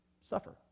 suffer